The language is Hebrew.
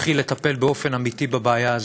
להתחיל לטפל באופן אמיתי בבעיה הזאת,